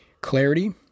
clarity